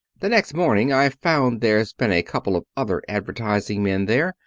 the next morning i found there's been a couple of other advertising men there.